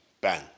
bang